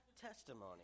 testimony